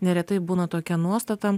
neretai būna tokia nuostata